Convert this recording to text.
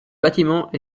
bâtiment